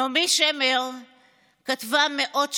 נעמי שמר כתבה מאות שירים,